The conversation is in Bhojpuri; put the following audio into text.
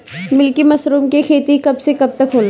मिल्की मशरुम के खेती कब से कब तक होला?